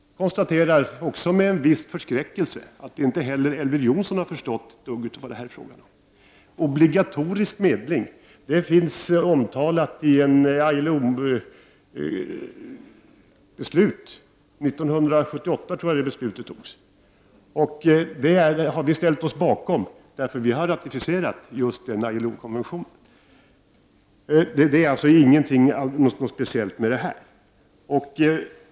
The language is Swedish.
Jag konstaterar med viss förskräckelse att inte heller Elver Jonsson har förstått ett dugg av vad det här är fråga om. Obligatorisk medling finns omtalad i ett ILO-beslut — 1978 tror jag att det fattades. Det har vi ställt oss bakom, för vi har ratificerat denna ILO-konvention — det är alltså ingenting speciellt med just detta.